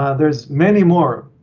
ah there's many more.